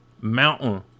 Mountain